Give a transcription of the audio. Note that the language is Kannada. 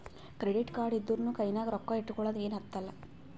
ಕ್ರೆಡಿಟ್ ಕಾರ್ಡ್ ಇದ್ದೂರ ಕೈನಾಗ್ ರೊಕ್ಕಾ ಇಟ್ಗೊಳದ ಏನ್ ಹತ್ತಲಾ